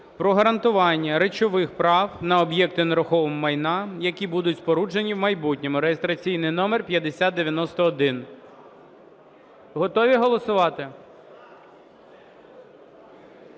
про гарантування речових прав на об'єкти нерухомого майна, які будуть споруджені в майбутньому (реєстраційний номер 5091). Готові голосувати?